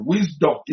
Wisdom